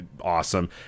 awesome